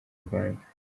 rwanda